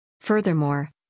Furthermore